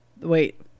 Wait